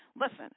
listen